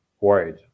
worried